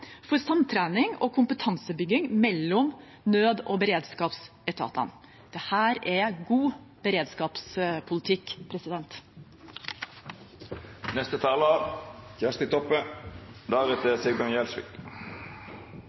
for samtrening og kompetansebygging mellom nød- og beredskapsetatene. Dette er god beredskapspolitikk.